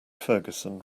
ferguson